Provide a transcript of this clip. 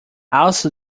also